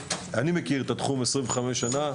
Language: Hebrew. אני מכיר את התחום 25 שנים.